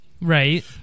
Right